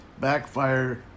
backfire